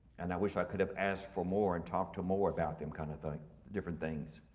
and i wish i could have asked for more and talk to more about them kinda thing, different things.